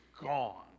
gone